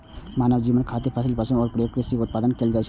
मानव जीवन खातिर फसिल आ पशुक उपयोग सं कृषि उत्पादन कैल जाइ छै